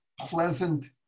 pleasant